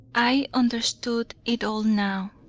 i understood it all now.